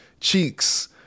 cheeks